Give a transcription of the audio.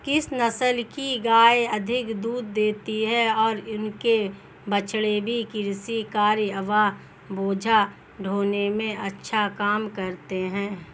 किस नस्ल की गायें अधिक दूध देती हैं और इनके बछड़े भी कृषि कार्यों एवं बोझा ढोने में अच्छा काम करते हैं?